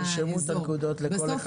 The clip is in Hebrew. בסוף